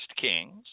Kings